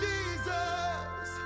Jesus